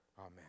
Amen